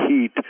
heat